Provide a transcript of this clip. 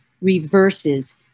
reverses